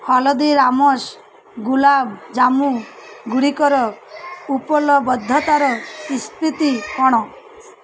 ହଳଦୀରାମ୍ସ୍ ଗୁଲାବ୍ ଜାମୁ ଗୁଡ଼ିକର ଉପଲବ୍ଧତାର ସ୍ଥିତି କ'ଣ